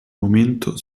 momento